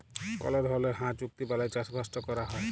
call ধরলের হাঁ চুক্তি বালায় চাষবাসট ক্যরা হ্যয়